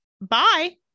Bye